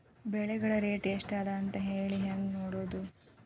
ಬೆಳೆಗಳ ರೇಟ್ ಎಷ್ಟ ಅದ ಅಂತ ಹೇಳಿ ಹೆಂಗ್ ನೋಡುವುದು?